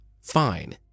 Fine